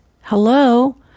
Hello